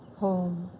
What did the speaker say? home,